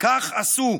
כך עשו.